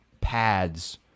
pads